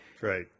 Right